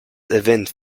event